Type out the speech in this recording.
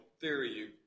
theory